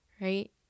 Right